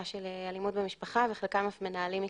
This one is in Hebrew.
של אלימות במשפחה וחלקם מנהלים מקלטים.